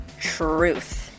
truth